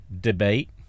debate